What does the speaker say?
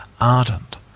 ardent